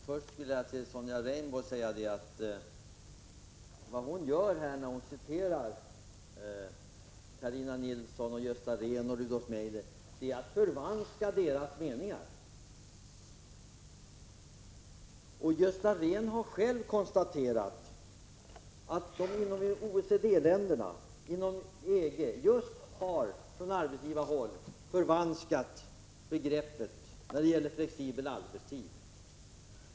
Herr talman! Först vill jag till Sonja Rembo säga att vad hon gör här, när hon citerar Carina Nilsson, Gösta Rehn och Rudolf Meidner, är att förvanska vad de menar. Gösta Rehn har själv konstaterat att man inom OECD-länderna från arbetsgivarhåll har förvanskat begreppet flexibel arbetstid.